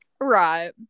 right